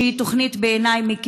שהיא בעיני תוכנית מקיפה,